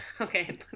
Okay